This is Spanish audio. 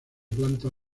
planta